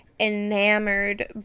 enamored